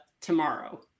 tomorrow